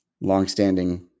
longstanding